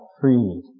freed